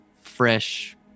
fresh